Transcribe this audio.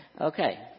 okay